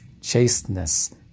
chasteness